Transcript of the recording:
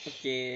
okay